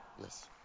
Yes